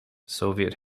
soviet